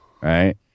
right